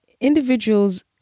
individuals